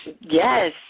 Yes